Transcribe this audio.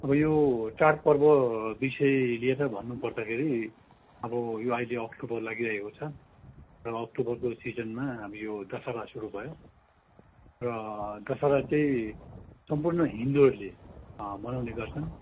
अब यो चाडपर्व विषय लिएर भन्नुपर्दाखेरि अब यो आहिले अक्टोबर लागिरहेको छ र अक्टोबरको सिजनमा हामी यो दशहरा सुरु भयो र दशहरा चाहिँ सम्पूर्ण हिन्दूहरूले मनाउने गर्छन्